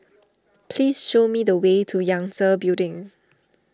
please show me the way to Yangtze Building